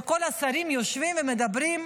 וכל השרים יושבים ומדברים,